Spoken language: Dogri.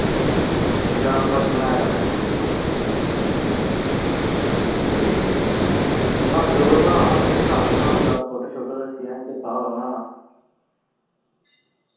जां बने बनाए दा गै आर्डर उप्पर बनाना हा तुसेंगी सनाई ओड़ना हा पूरा फोटो शोटो दस्सियै किस स्हाब दा बनाना